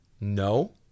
No